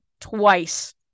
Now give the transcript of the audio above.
twice